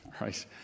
right